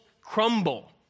crumble